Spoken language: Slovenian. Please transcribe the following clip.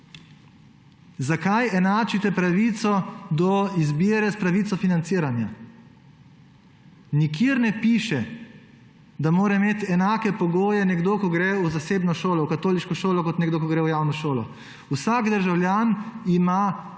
Zakaj enačite pravico do izbire s pravico financiranja? Nikjer ne piše, da mora imeti enake pogoje nekdo, ki gre v zasebno šolo, v katoliško šolo, kot nekdo, ki gre v javno šolo. Vsak državljan ima